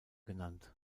genannt